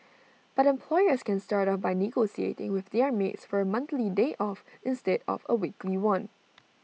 but employers can start off by negotiating with their maids for A monthly day off instead of A weekly one